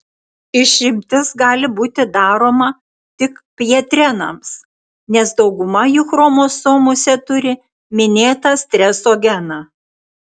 išimtis gali būti daroma tik pjetrenams nes dauguma jų chromosomose turi minėtą streso geną